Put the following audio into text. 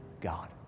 God